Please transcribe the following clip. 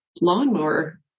lawnmower